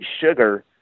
sugar